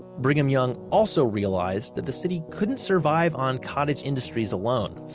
brigham young also realized that the city couldn't survive on cottage industries alone.